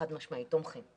חד משמעית תומכים.